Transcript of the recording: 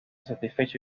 satisfecho